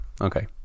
okay